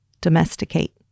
domesticate